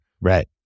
Right